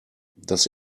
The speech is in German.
dass